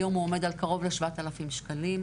היום הוא עומד על 6,987 שקלים,